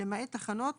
למעט תחנות,